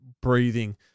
breathing